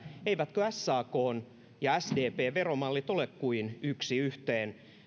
eivätkö sakn ja sdpn veromallit ole kuin yksi yhteen